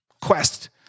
quest